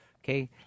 okay